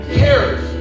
cares